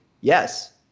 Yes